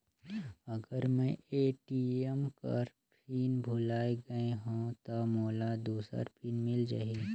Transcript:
अगर मैं ए.टी.एम कर पिन भुलाये गये हो ता मोला दूसर पिन मिल जाही?